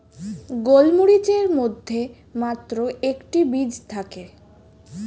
গোলমরিচের মধ্যে মাত্র একটি বীজ থাকে